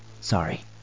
Sorry